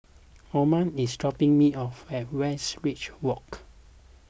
Oma is dropping me off at Westridge Walk